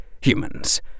humans